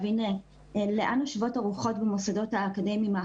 לגבי מה נעשה